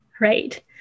right